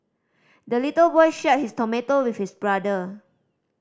the little boy shared his tomato with his brother